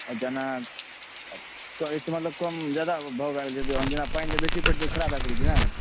आ जेना तऽ एहिसँ मतलब कम ज्यादा भाव आबि जेतै आओर जेना पानि जे बेसी पड़तै तऽ खराब भए सकै छै नहि